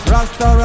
Rasta